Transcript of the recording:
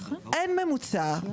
אין ממוצע,